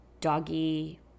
doggy